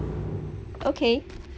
okay